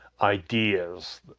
ideas